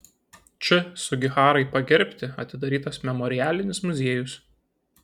č sugiharai pagerbti atidarytas memorialinis muziejus